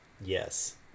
yes